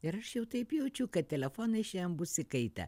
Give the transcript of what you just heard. ir aš jau taip jaučiu kad telefonai šian bus įkaitę